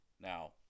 Now